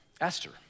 Esther